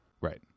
right